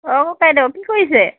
অ ককাইদেউ কি কৰিছে